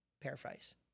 paraphrase